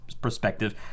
perspective